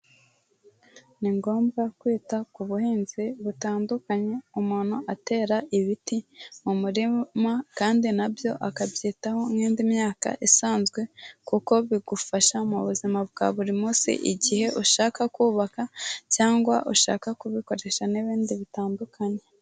Ni ngombwa kwita ku buhinzi butandukanye, umuntu atera ibiti mu murima kandi na byo akabyitaho nk'indi myaka isanzwe, kuko bigufasha mu buzima bwa buri munsi igihe ushaka kubaka cyangwa ushaka kubikoresha n'ibindi bitandukanye.